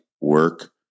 work